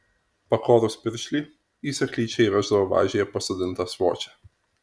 pakorus piršlį į seklyčią įveždavo važyje pasodintą svočią